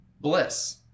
bliss